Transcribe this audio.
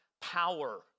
power